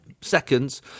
seconds